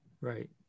Right